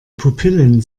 pupillen